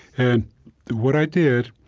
and what i did,